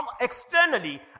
externally